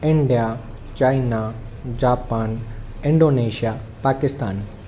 India China Japan Indonesia Pakistan